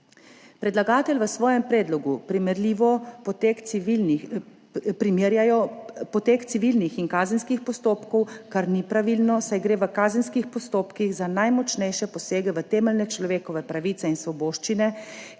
Predlagatelj v svojem predlogu primerja potek civilnih in kazenskih postopkov, kar ni pravilno, saj gre v kazenskih postopkih za najmočnejše posege v temeljne človekove pravice in svoboščine,